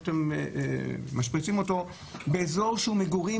אתם משפריצים אותו באזור שהוא מגורים,